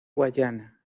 guayana